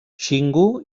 xingu